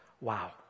Wow